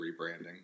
rebranding